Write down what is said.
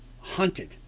hunted